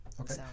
okay